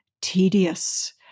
tedious